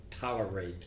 tolerate